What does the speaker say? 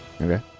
Okay